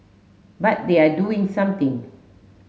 but they are doing something